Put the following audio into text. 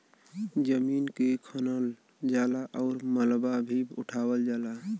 जमीन के खनल जाला आउर मलबा भी उठावल जाला